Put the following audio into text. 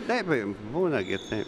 be abejo būna gi tai